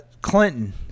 Clinton